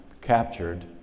captured